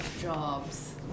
jobs